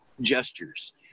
gestures